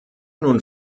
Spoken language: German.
nun